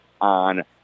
on